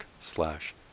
slash